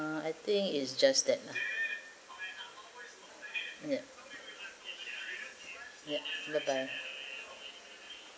ah I think is just that lah yup yup bye bye